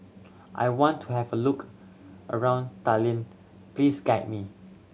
I want to have a look around Tallinn please guide me